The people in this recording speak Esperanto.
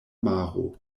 maro